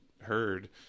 heard